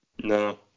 no